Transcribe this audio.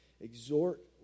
Exhort